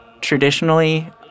Traditionally